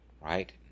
right